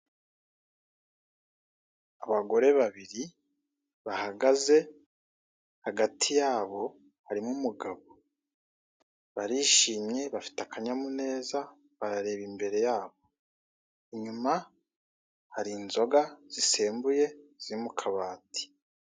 Abagore babiri bahagaze hagati yabo harimo umugabo, barishimye bafite akanyamuneza barareba imbere yabo. Inyuma hari inzoga zisembuye ziri mu kabati.